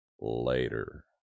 later